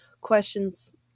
questions